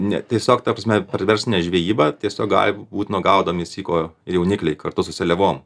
ne tiesiog ta prasme per verslinę žvejybą tiesiog gali būt nu gaudomi syko jaunikliai kartu su seliavom